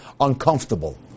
uncomfortable